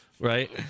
Right